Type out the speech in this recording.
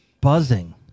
buzzing